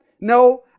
No